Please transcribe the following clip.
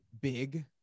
big